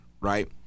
right